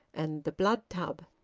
and the blood tub.